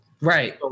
Right